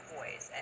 Boys